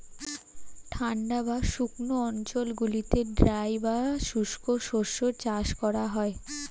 ঠান্ডা বা শুকনো অঞ্চলগুলিতে ড্রাই বা শুষ্ক শস্য চাষ করা হয়